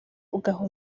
ugaha